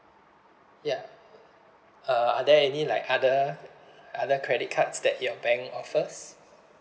ya uh are there any like other other credit cards that your bank offers